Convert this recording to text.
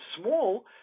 small